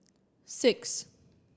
six